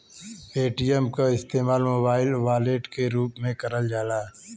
Paytm क इस्तेमाल mobile wallet के रूप में करल जाला